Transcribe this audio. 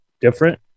different